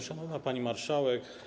Szanowna Pani Marszałek!